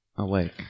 awake